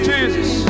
Jesus